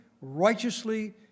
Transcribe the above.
righteously